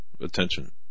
attention